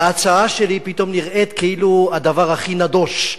וההצעה שלי פתאום נראית כאילו הדבר הכי נדוש,